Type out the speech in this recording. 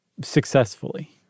successfully